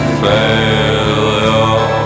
failure